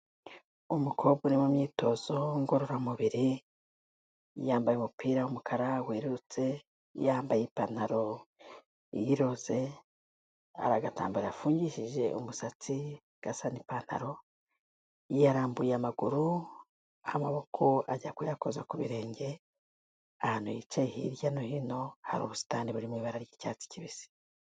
Umukobwa uri mu myitozo ngororamubiri yambaye umupira w'umukara werutse, yambaye ipantaro yirose, hari agatambaro yafungishije umusatsi gasana n'ipantaro yarambuye amaguru amaboko ajya kuyakoza ku birenge, ahantu yicaye hirya no hino hari ubusitani buri mu ibara ry'icyatsi kibisi.